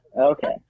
Okay